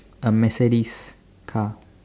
a Mercedes car